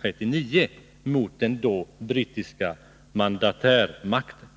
förde mot den brittiska mandatärmakten.